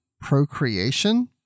procreation